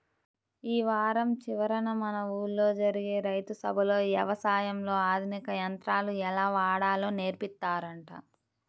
యీ వారం చివరన మన ఊల్లో జరిగే రైతు సభలో యవసాయంలో ఆధునిక యంత్రాలు ఎలా వాడాలో నేర్పిత్తారంట